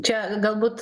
čia galbūt